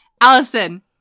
Allison